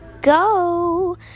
go